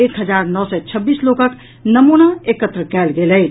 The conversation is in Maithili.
एक हजार नओ सय छब्बीस लोकक नमूना एकत्र कयल गेल अछि